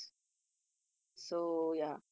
ya true